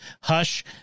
hush